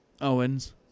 Owens